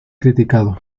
criticado